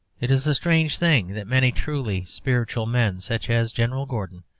it is a strange thing that many truly spiritual men, such as general gordon,